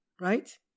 right